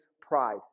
pride